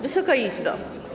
Wysoka Izbo!